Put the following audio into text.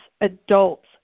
adults